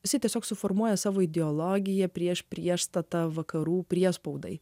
visi tiesiog suformuoja savo ideologiją prieš priešstatą vakarų priespaudai